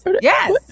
Yes